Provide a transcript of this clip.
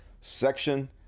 section